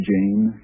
Jane